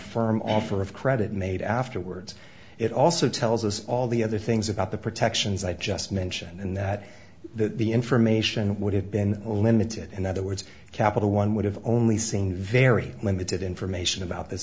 firm offer of credit made afterwards it also tells us all the other things about the protections i just mention and that the information would have been limited in other words capital one would have only seen very limited information about this